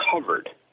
covered